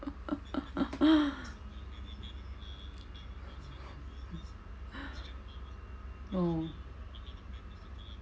oh